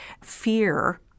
fear